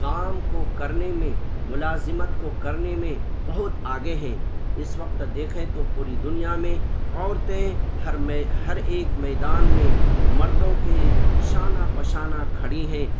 کام کو کرنے میں ملازمت کو کرنے میں بہت آگے ہیں اس وقت دیکھیں تو پوری دنیا میں عورتیں ہر میں ہر ایک میدان میں مردوں کے شانہ بہ شانہ کھڑی ہیں